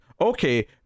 okay